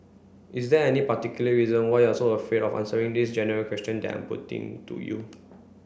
is there any particular reason why are so afraid of answering this general question that I'm putting to you